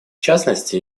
частности